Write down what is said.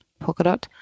Polkadot